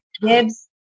Gibbs